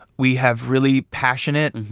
we have really passionate,